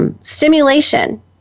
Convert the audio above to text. stimulation